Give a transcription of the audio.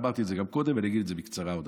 אמרתי את זה גם קודם ואני אגיד את זה בקצרה שוב: